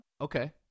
Okay